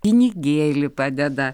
pinigėlį padeda